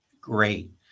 Great